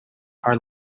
are